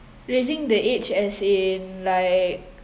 raising the age as in like